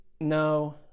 No